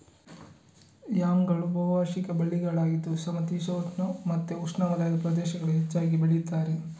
ಯಾಮ್ಗಳು ಬಹು ವಾರ್ಷಿಕ ಬಳ್ಳಿಗಳಾಗಿದ್ದು ಸಮಶೀತೋಷ್ಣ ಮತ್ತೆ ಉಷ್ಣವಲಯದ ಪ್ರದೇಶಗಳಲ್ಲಿ ಹೆಚ್ಚಾಗಿ ಬೆಳೀತಾರೆ